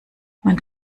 man